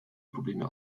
probleme